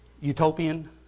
utopian